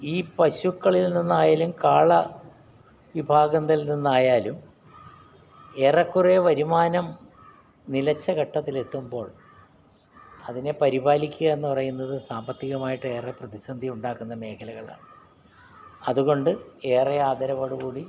ഈ പശുക്കളിൽ നിന്നായാലും കാള വിഭാഗത്തിൽ നിന്നായാലും ഏറെക്കുറേ വരുമാനം നിലച്ച ഘട്ടത്തിലെത്തുമ്പോൾ അതിനെ പരിപാലിക്കുകയെന്നു പറയുന്നത് സാമ്പത്തികമായിട്ട് ഏറെ പ്രതിസന്ധി ഉണ്ടാക്കുന്ന മേഖലകളാണ് അതുകൊണ്ട് ഏറെ ആദരവോടു കൂടി